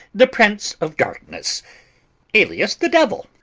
the prince of darkness alias, the devil.